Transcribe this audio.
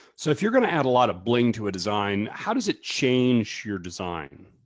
so if you're gonna add a lot of bling to a design, how does it change your design?